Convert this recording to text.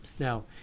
Now